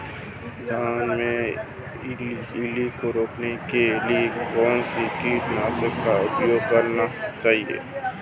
धान में इल्ली रोकने के लिए कौनसे कीटनाशक का प्रयोग करना चाहिए?